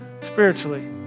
spiritually